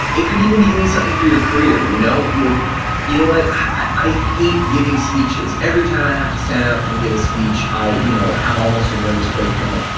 it could even be doing something for your career. you know like you know i i hate giving speeches. every time i have to stand up and give a speech i you know have almost a nervous breakdown.